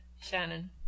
Shannon